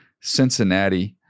Cincinnati –